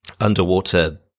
underwater